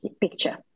picture